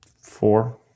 four